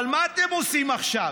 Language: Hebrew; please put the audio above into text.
אבל מה אתם עושים עכשיו?